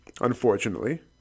unfortunately